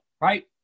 right